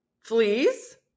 fleas